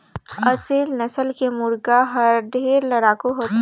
असेल नसल के मुरगा हर ढेरे लड़ाकू होथे